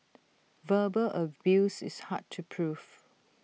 verbal abuse is hard to proof